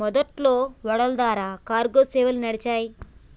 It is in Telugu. మొదట్లో ఓడల ద్వారా కార్గో సేవలు నడిచినాయ్